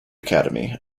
academy